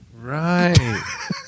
Right